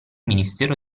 ministero